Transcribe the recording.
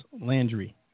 Landry